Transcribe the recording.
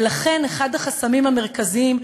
ולכן אחד החסמים המרכזיים,